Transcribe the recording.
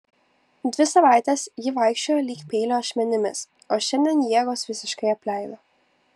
dvi savaites ji vaikščiojo lyg peilio ašmenimis o šiandien jėgos visiškai apleido